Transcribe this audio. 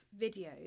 videos